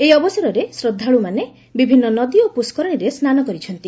ଏହି ଅବସରରେ ଶ୍ରଦ୍ଧାଳୁମାନେ ବିଭିନ୍ନ ନଦୀ ଓ ପୁଷ୍କରିଣୀରେ ସ୍ନାନ କରିଛନ୍ତି